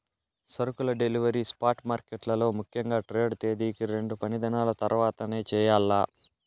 సరుకుల delivery spot మార్కెట్లలో ముఖ్యంగా ట్రేడ్ తేదీకి రెండు పనిదినాల తర్వాతనే చెయ్యాల్ల